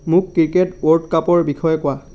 মোক cricket world কাপৰ বিষয়ে কোৱা